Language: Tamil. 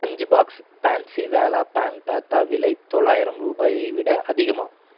அஞ்சு பாக்ஸ் பேன்ஸிவேலா பேன் பேத்தா விலை தொள்ளாயிரம் ரூபாயை விட அதிகமாக